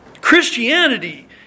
Christianity